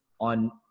on